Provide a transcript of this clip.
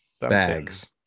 bags